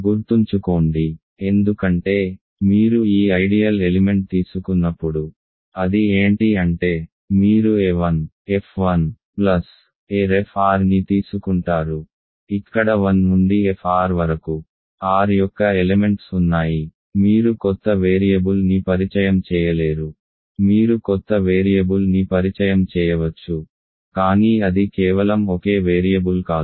గుర్తుంచుకోండి ఎందుకంటే మీరు ఈ ఐడియల్ ఎలిమెంట్ తీసుకున్నప్పుడు అది ఏంటి అంటే మీరు a1 f1 arfrని తీసుకుంటారు ఇక్కడ 1 నుండి fr వరకు R యొక్క ఎలెమెంట్స్ ఉన్నాయి మీరు కొత్త వేరియబుల్ని పరిచయం చేయలేరు మీరు కొత్త వేరియబుల్ని పరిచయం చేయవచ్చు కానీ అది కేవలం ఒకే వేరియబుల్ కాదు